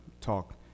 talk